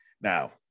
Now